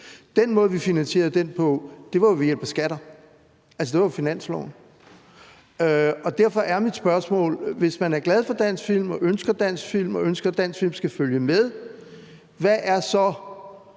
Den måde, vi finansierede den på, var jo ved hjælp af skatter, altså, det var på finansloven. Derfor er mit spørgsmål: Hvis man er glad for dansk film, ønsker dansk film og ønsker, at dansk film skal følge med, hvad er så